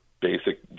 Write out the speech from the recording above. basic